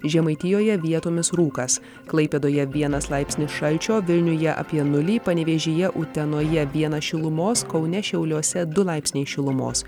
žemaitijoje vietomis rūkas klaipėdoje vienas laipsnis šalčio vilniuje apie nulį panevėžyje utenoje vienas šilumos kaune šiauliuose du laipsniai šilumos